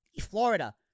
Florida